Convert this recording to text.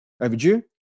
overdue